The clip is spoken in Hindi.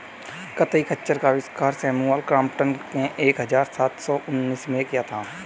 कताई खच्चर का आविष्कार सैमुअल क्रॉम्पटन ने एक हज़ार सात सौ उनासी में किया था